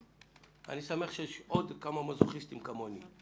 ואני שמח שיש עוד כמה מזוכיסטים כמוני.